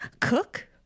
cook